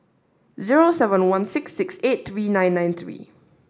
zero seven one six six eight three nine nine three